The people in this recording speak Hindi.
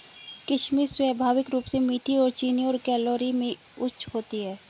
किशमिश स्वाभाविक रूप से मीठी और चीनी और कैलोरी में उच्च होती है